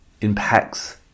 impacts